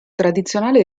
tradizionale